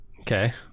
Okay